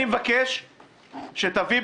אני מבקש שתביא,